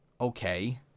Okay